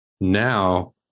now